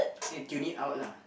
tune it out lah